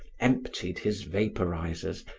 emptied his vaporizers,